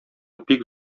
бик